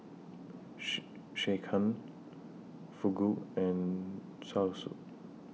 She Sekihan Fugu and Zosui